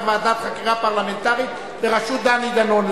ועדת חקירה פרלמנטרית בראשות דני דנון,